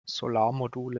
solarmodule